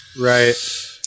Right